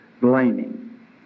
blaming